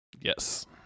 yes